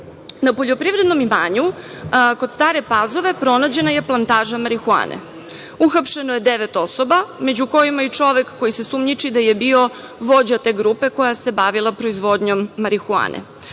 Na poljoprivrednom imanju kod Stare Pazove pronađena plantaža marihuane. Uhapšeno je devet osoba, među kojima i čovek koji se sumnjiči da je bio vođa te grupe koja se bavila proizvodnjom marihuane.